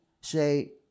say